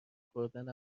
خوردن